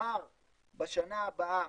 שמתמר בשנה הבאה